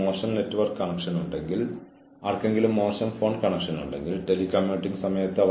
പക്ഷേ മതിയായ തെളിവ് ലഭിക്കുന്നതുവരെ ജീവനക്കാരൻ പറയുന്നതെന്തും പൂർണ്ണമായി സ്വീകരിക്കുന്നത് അത്ര നല്ല കാര്യമല്ല